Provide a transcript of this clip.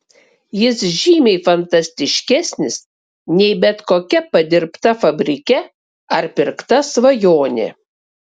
jis žymiai fantastiškesnis nei bet kokia padirbta fabrike ar pirkta svajonė